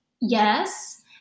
yes